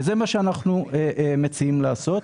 זה מה שאנחנו מציעים לעשות.